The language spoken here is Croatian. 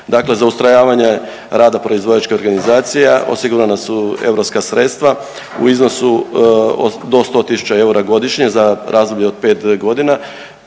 Dakle, za ustrojavanje rada proizvođačkih organizacija osigurana su europska sredstva u iznosu do 100 000 eura godišnje za razdoblje od pet godina